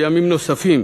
ובימים נוספים,